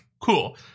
cool